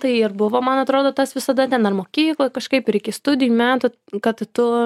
tai ir buvo man atrodo tas visada ten ar mokykloj kažkaip ir iki studijų metų kad tu